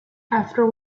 after